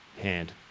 hand